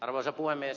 arvoisa puhemies